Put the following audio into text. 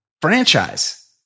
franchise